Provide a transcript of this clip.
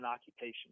occupation